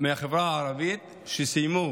מהחברה הערבית שסיימו